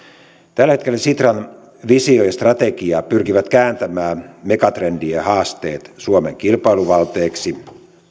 tällä hetkellä sitran visio ja strategia pyrkivät kääntämään megatrendien haasteet suomen kilpailuvalteiksi